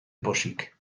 pozik